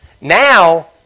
Now